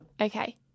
Okay